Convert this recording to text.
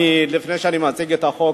לפני שאני מציג את החוק,